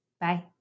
Bye